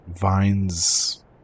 vines